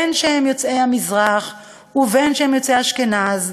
בין שהם יוצאי המזרח ובין שהם יוצאי אשכנז,